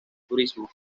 turismo